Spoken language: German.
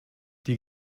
die